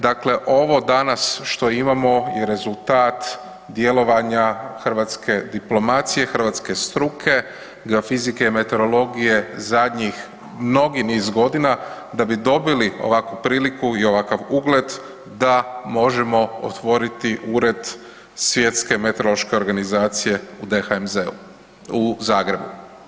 Dakle, ovo danas što imamo je rezultat djelovanja hrvatske diplomacije, hrvatske struke, geofizike i meteorologije zadnjih mnogih niz godina da bi dobili ovakvu priliku i ovakav ugled da možemo otvoriti ured Svjetske meteorološke organizacije u DHMZ-u u Zagrebu.